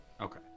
okay